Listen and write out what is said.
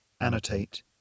annotate